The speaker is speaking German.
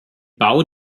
bau